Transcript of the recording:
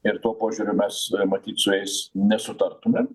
ir tuo požiūriu mes matyt su jais nesutartumėm